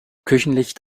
küchenlicht